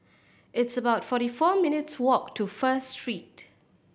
it's about forty four minutes' walk to First Street